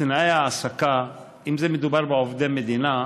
תנאי ההעסקה, אם מדובר בעובדי מדינה,